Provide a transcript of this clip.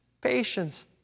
patience